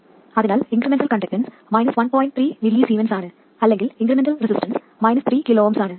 അതിനാൽ incremental conductance 13 mS ആണ് അല്ലെങ്കിൽ ഇൻക്രിമെന്റൽ റെസിസ്റ്റൻസ് 3 kΩ ആണ്